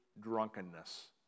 drunkenness